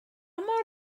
mor